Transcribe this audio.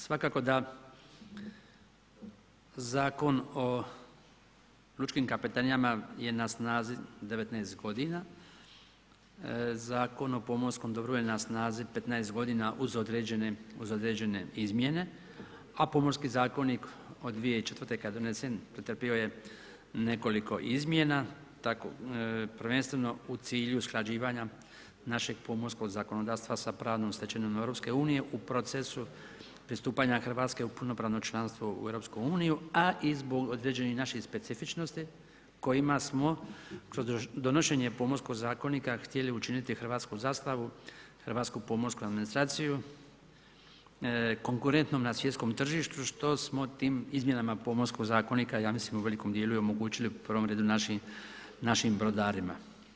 Svakako da Zakon o lučkim kapetanijama je na snazi 19 g., Zakon o pomorskom dobru je na snazi 15 g. uz određene izmjene a Pomorski zakonik od 2004. kad je donesen, pretrpio je nekoliko izmjena, prvenstveno u cilju usklađivanja našeg pomorskog zakonodavstva sa pravnom stečevinom EU-a u procesu pristupanja Hrvatske u punopravno članstvo u EU-u a i zbog određenih naših specifičnosti kojima smo donošenjem Pomorskog zakonika htjeli učiniti hrvatsku zastavu, hrvatsku pomorsku administraciju konkurentnom na svjetskom tržištu što smo tim izmjenama Pomorskog zakonika ja mislim u velikom djelu i omogućili u prvom redu našim brodarima.